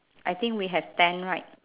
I think we have ten right